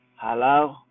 Hello